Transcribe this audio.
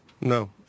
No